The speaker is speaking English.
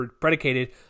predicated